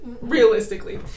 realistically